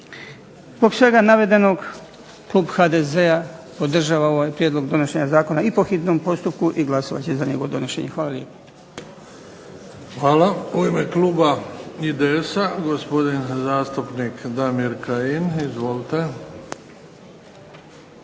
Zbog svega navedenog klub HDZ-a podržava ovaj prijedlog zakona i po hitnom postupku i glasovat će za njegovo donošenje. Hvala lijepa. **Bebić, Luka (HDZ)** Hvala. U ime kluba IDS-a gospodin zastupnik DAmir Kajin. Izvolite.